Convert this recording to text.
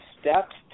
steps